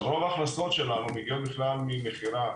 רוב ההכנסות שלנו מגיעות בכלל ממכירה